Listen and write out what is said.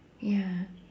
ya